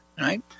right